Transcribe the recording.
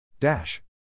Dash